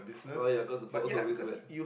oh ya cause the floor was always wet